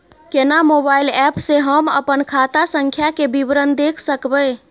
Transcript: केना mobile app से हम अपन खाता संख्या के विवरण देख सकब?